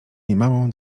niemałą